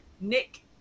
Nick